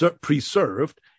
preserved